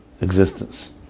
existence